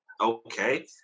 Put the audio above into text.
Okay